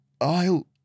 I'll